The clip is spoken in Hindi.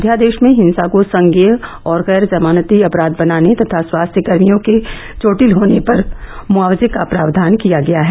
अध्यादेश में हिंसा को संज्ञेय और गैर जमानती अपराध बनाने तथा स्वास्थ्यकर्मियों के चोटिल होने पर मुआवजे का प्रावधान किया गया है